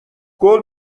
قول